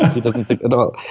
he doesn't think at all.